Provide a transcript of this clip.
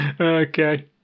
Okay